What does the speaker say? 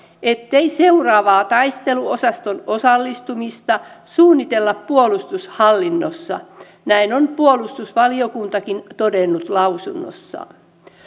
ettei seuraavaa taisteluosastoon osallistumista suunnitella puolustushallinnossa näin on puolustusvaliokuntakin todennut lausunnossaan